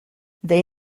they